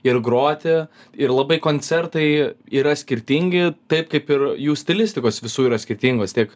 ir groti ir labai koncertai yra skirtingi taip kaip ir jų stilistikos visų yra skirtingos tiek